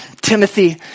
Timothy